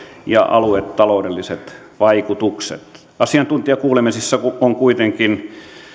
ja aluetaloudelliset vaikutukset asiantuntijakuulemisissa on kuitenkin